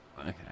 Okay